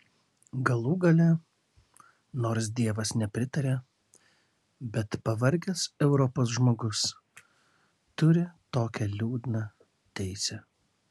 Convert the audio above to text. galų gale nors dievas nepritaria bet pavargęs europos žmogus turi tokią liūdną teisę